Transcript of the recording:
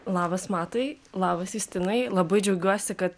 labas matai labas justinai labai džiaugiuosi kad